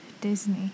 disney